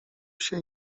się